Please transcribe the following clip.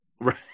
Right